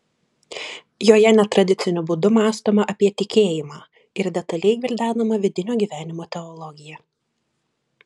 joje netradiciniu būdu mąstoma apie tikėjimą ir detaliai gvildenama vidinio gyvenimo teologija